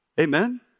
amen